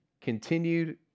continued